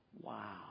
Wow